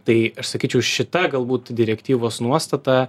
tai aš sakyčiau šita galbūt direktyvos nuostata